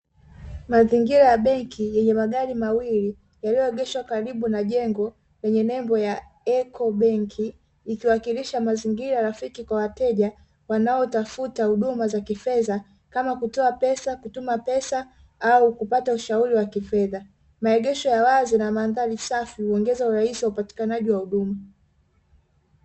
Mazingira ya benki yenye magari mawili yaliyoegeshwa karibu na jengo lenye nembo ya "Eko benki" ikiwakilisha mazingira rafiki kwa wateja wanaotafuta huduma za kifedha kama kutoa pesa, kutuma pesa au kupata ushauri wa kifedha. Maegesho ya wazi na mandhari safi iliyoongeza urahisi wa upatikanaji wa huduma.